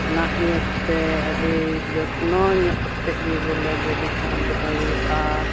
ᱚᱱᱟ ᱤᱭᱟᱹᱛᱮ ᱟᱹᱰᱤ ᱡᱚᱛᱱᱚ ᱧᱚᱜ ᱠᱟᱛᱮᱫ ᱜᱮ ᱵᱚᱞᱮ ᱜᱟᱹᱰᱤ ᱠᱚᱦᱚᱸ ᱫᱚᱦᱚᱭ ᱦᱩᱭᱩᱜᱼᱟ